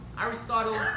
Aristotle